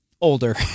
older